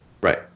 Right